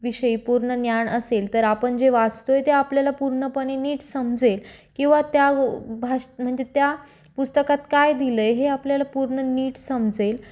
विषयी पूर्ण ज्ञान असेल तर आपण जे वाचतो आहे ते आपल्याला पूर्णपणे नीट समजेल किंवा त्या भाष म्हणजे त्या पुस्तकात काय दिलं आहे हे आपल्याला पूर्ण नीट समजेल